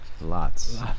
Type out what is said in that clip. Lots